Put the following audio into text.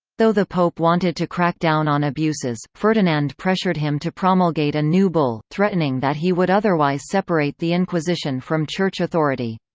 though the pope wanted to crack down on abuses, ferdinand pressured him to promulgate a new bull, threatening that he would otherwise separate the inquisition from church authority.